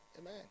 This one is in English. Amen